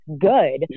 good